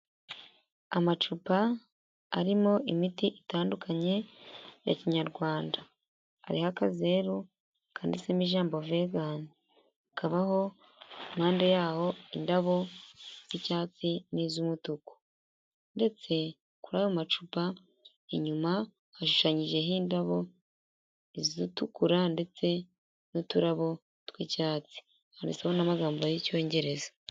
Amacupa arimo imiti itandukanye ya kinyarwanda. Hariho akazeru kanditsemo ijambo vegani. Kabaho impande yaho indabo z'icyatsi n'iz'umutuku ndetse kuri ayo macupa inyuma hashushanyijeho indabo zitukura, ndetse n'uturabo twi'icyatsi handitseho n'amagambo y'icyongereza.